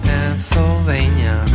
Pennsylvania